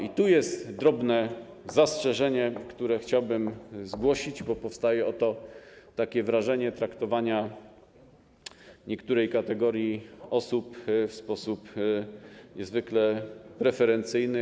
I tu jest drobne zastrzeżenie, które chciałbym zgłosić, bo powstaje oto wrażenie traktowania pewnej kategorii osób w sposób niezwykle preferencyjny.